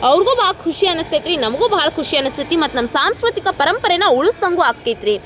ಅವ್ರಿಗೂ ಭಾಳ ಖುಷಿ ಅನಿಸ್ತೈತ್ ನಮಗೂ ಭಾಳ ಖುಷಿ ಅನಿಸ್ತತಿ ಮತ್ತು ನಮ್ಮ ಸಾಂಸ್ಕೃತಿಕ ಪರಂಪರೆನ ಉಳಿಸ್ದಂಗು ಆಗ್ತೈತೆ ರೀ